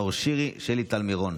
נאור שירי ושלי טל מירון,